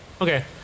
okay